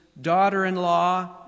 daughter-in-law